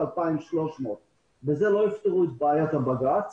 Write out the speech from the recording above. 2,300. בזה לא יפתרו את בעיית הבג"ץ.